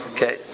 Okay